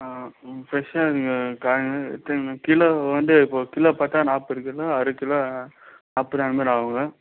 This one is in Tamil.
ஆ ம் ஃப்ரெஷ்ஷாக இருக்குது காய்ங்க கிலோ வந்து இப்போ கிலோ பார்த்தா நாற்பது கிலோ அரை கிலோ நாற்பது அந்த மாதிரி ஆகுங்க